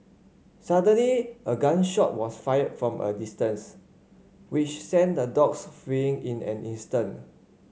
suddenly a gun shot was fired from a distance which sent the dogs fleeing in an instant